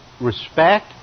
respect